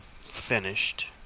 finished